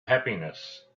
happiness